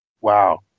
Wow